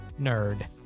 nerd